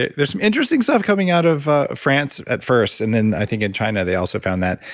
there's some interesting stuff coming out of ah france at first, and then i think in china they also found that,